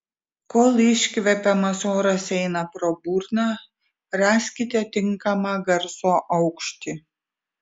kol iškvepiamas oras eina pro burną raskite tinkamą garso aukštį